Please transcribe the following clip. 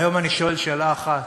היום אני שואל שאלה אחת: